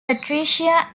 patricia